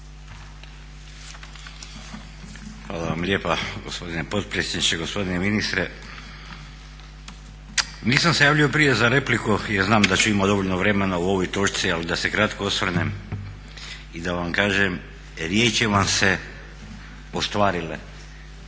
Hvala vam lijepa gospodine potpredsjedniče. Gospodine ministre. Nisam se javio prije za repliku jer znam da ću imati dovoljno vremena o ovoj točci, ali da se kratko osvrnem i da vam kažem, riječi vam se ostvarile,